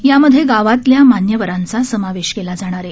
यामध्ये गावातल्या मान्यवरांचा समावेश केला जाणार आहे